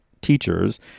teachers